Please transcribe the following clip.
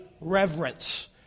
reverence